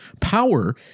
Power